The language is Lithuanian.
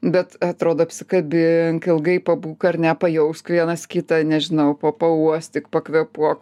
bet atrodo apsikabink ilgai pabūk ar ne pajausk vienas kitą nežinau po pauostyk pakvėpuok